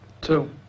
Two